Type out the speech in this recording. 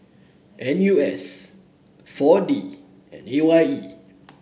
N U S four D and A Y E